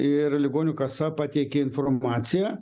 ir ligonių kasa pateikė informaciją